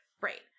Right